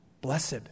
Blessed